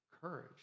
courage